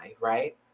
right